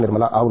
నిర్మల అవును